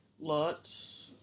Lots